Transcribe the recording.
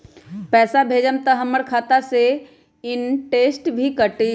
पैसा भेजम त हमर खाता से इनटेशट भी कटी?